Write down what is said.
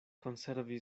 konservi